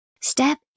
Step